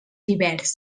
divers